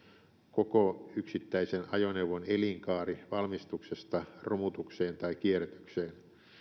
koko yksittäisen ajoneuvon elinkaari valmistuksesta romutukseen tai kierrätykseen